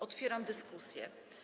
Otwieram dyskusję.